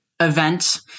event